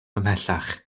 ymhellach